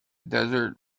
desert